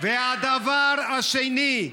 והדבר השני,